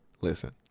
Listen